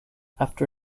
after